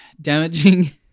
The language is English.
damaging